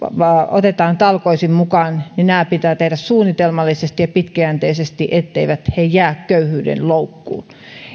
otetaan talkoisiin mukaan se pitää tehdä suunnitelmallisesti ja pitkäjänteisesti etteivät he jää köyhyyden loukkuun